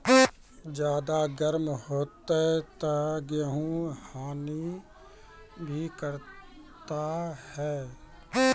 ज्यादा गर्म होते ता गेहूँ हनी भी करता है?